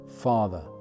father